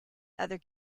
other